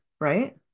right